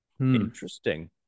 interesting